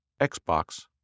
Xbox